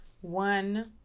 One